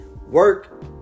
Work